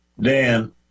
Dan